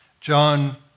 John